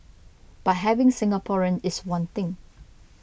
but having Singaporean is one thing